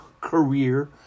career